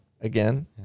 Again